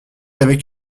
avec